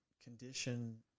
Condition